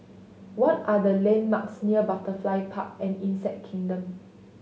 what are the landmarks near Butterfly Park and Insect Kingdom